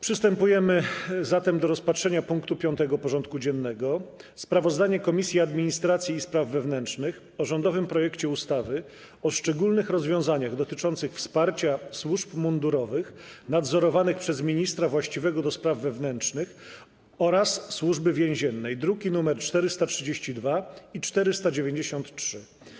Przystępujemy do rozpatrzenia punktu 5. porządku dziennego: Sprawozdanie Komisji Administracji i Spraw Wewnętrznych o rządowym projekcie ustawy o szczególnych rozwiązaniach dotyczących wsparcia służb mundurowych nadzorowanych przez ministra właściwego do spraw wewnętrznych oraz Służby Więziennej (druki 432 i 493)